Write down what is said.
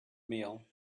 meal